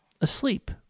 asleep